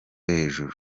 hejuru